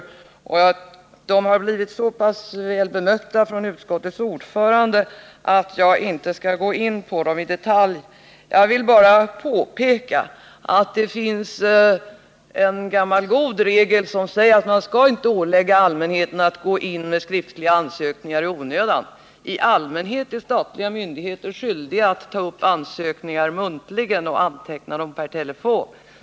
Synpunkterna på dessa frågor har blivit så pass väl bemötta av utskottets ordförande att jag inte behöver gå in på dem i detalj. Jag vill bara påpeka att det finns en gammal god regel som säger att man skall inte ålägga allmänheten att gå in med skriftliga ansökningar i onödan. I allmänhet är statliga myndigheter skyldiga att ta upp ansökningar muntligen och anteckna dem vid telefonsamtal.